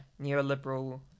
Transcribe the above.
neoliberal